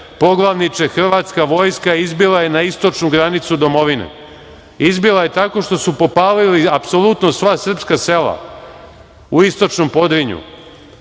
poglavniče, hrvatska vojska izbila je na istočnu granicu domovine. Izbila je tako što su popalili apsolutno sva srpska sela u istočnom Podrinju,